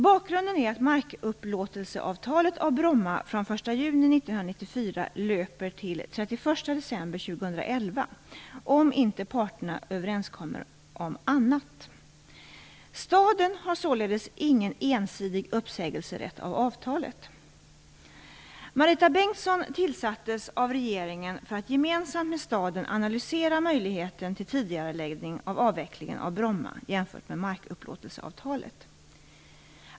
Bakgrunden är att markupplåtelseavtalet av Bromma från den 1 juni 1994 löper till den 31 december 2011 om inte parterna överenskommer annat. Staden har således ingen ensidig uppsägelserätt av avtalet. Marita Bengtsson tillsattes av regeringen för att gemensamt med staden analysera möjligheten till tidigareläggning av avvecklingen av Bromma jämfört med markupplåtelseavtalet.